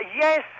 Yes